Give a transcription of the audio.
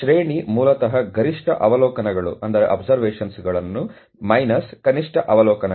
ಶ್ರೇಣಿ ಮೂಲತಃ ಗರಿಷ್ಠ ಅವಲೋಕನಗಳು ಮೈನಸ್ ಕನಿಷ್ಠ ಅವಲೋಕನಗಳು